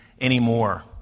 anymore